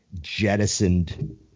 jettisoned